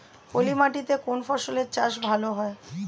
পলি মাটিতে কোন ফসলের চাষ ভালো হয়?